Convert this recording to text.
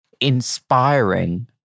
inspiring